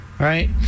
Right